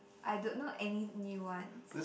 I don't know any new ones